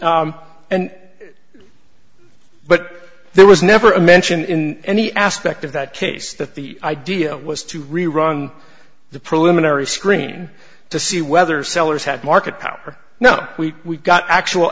price and but there was never a mention in any aspect of that case that the idea was to rerun the preliminary screen to see whether sellers had market power now we got actual